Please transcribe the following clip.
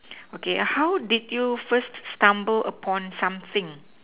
okay ah how did you first stumble upon something